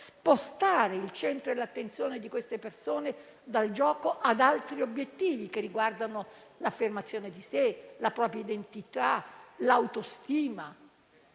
spostare il centro dell'attenzione di queste persone dal gioco ad altri obiettivi, che riguardano l'affermazione di sé, la propria identità, l'autostima?